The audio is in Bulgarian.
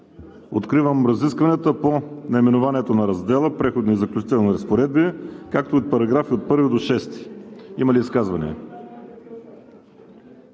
Откривам разискванията по наименованието на Раздела „Преходни и заключителни разпоредби“, както и по параграфи от 1 до 6. Има ли изказвания?